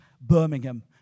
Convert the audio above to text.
Birmingham